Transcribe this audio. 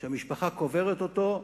שהמשפחה קוברת אותו,